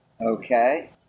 Okay